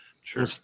Sure